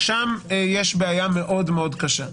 שם יש בעיה מאוד מאוד קשה.